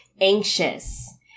anxious